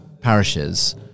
parishes